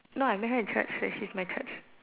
no I met her in Church so she's my Church